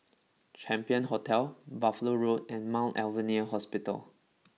Champion Hotel Buffalo Road and Mount Alvernia Hospital